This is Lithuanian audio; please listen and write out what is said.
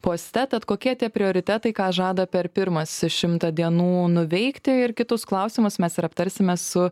poste tad kokie tie prioritetai ką žada per pirmas šimtą dienų nuveikti ir kitus klausimus mes ir aptarsime su